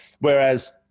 whereas